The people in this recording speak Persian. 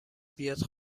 بیاد